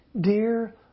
dear